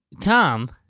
Tom